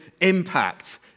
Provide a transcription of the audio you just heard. impact